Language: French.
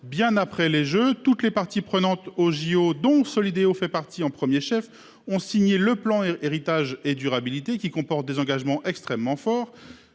bien après les Jeux. Toutes les parties prenantes aux JO, dont Solideo fait partie en 1er chef ont signé le plan Héritage et durabilité, qui comporte des engagements extrêmement forts